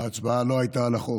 ההצבעה לא הייתה על החוק,